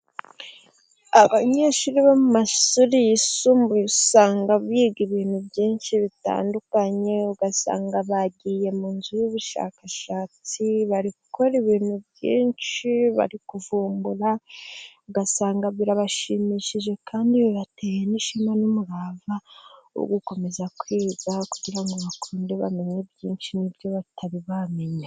Abanyeshuri bo mu mashuri yisumbuye, usanga biga ibintu byinshi bitandukanye, ugasanga bagiye mu nzu y'ubushakashatsi, bari gukora ibintu byinshi, bari kuvumbura. Ugasanga birabashimishije kandi bibateye n'ishema n'umurava wo gukomeza kwiga kugira ngo bakunde bamenye byinshi n'ibyo batari bamenya.